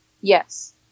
Yes